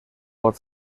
pot